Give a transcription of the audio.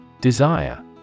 Desire